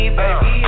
baby